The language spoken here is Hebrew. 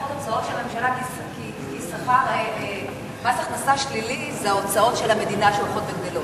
מס הכנסה שלילי זה ההוצאות של המדינה שהולכות וגדלות.